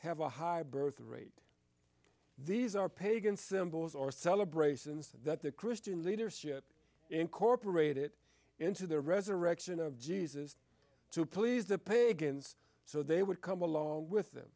have a high birth rate these are pagan symbols or celebrations that the christian leadership incorporate it into the resurrection of jesus to please the pagans so they would come along with them